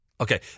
Okay